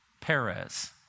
Perez